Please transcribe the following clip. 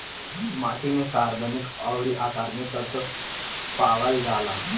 माटी में कार्बनिक अउरी अकार्बनिक तत्व पावल जाला